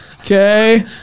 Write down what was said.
Okay